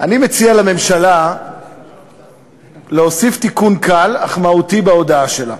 אני מציע לממשלה להוסיף תיקון קל אך מהותי בהודעה שלה.